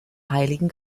heiligen